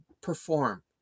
perform